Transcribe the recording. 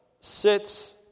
sits